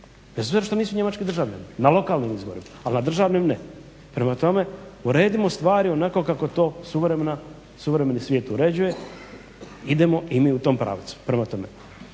obzira što nisu njemački državljanini na lokalnim izborima, ali na državnim ne. Prema tome, uredimo stvari onako kako to suvremeni svijet uređuje. Idemo i mi u tom pravcu.